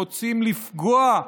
רוצים לפגוע,